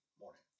morning